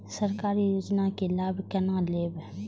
सरकारी योजना के लाभ केना लेब?